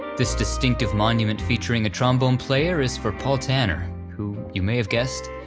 this distinctive monument featuring a trombone player is for paul tanner, who, you may have guessed,